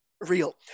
real